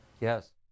Yes